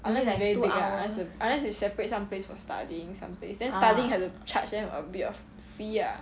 unless like very big lah unless you separate some place for studying some place then studying have to charge them a bit of fee ah